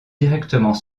directement